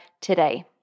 today